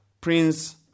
Prince